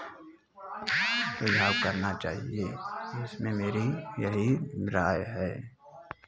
सुझाव करना चाहिए इसमें मेरी यही राय है